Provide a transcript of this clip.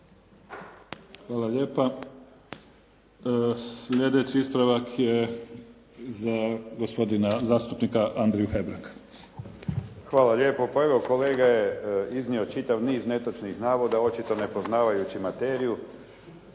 Hvala lijepa. Sljedeći ispravak za gospodina zastupnika Andriju Hebranga. **Hebrang, Andrija (HDZ)** Hvala lijepo. Pa evo kolega je iznio čitav niz netočnih navoda očito ne poznavajući materiju